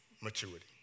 maturity